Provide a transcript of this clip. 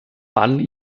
allen